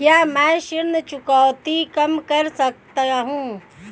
क्या मैं ऋण चुकौती कम कर सकता हूँ?